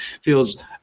feels